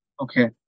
Okay